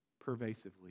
pervasively